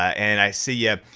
and i see yeah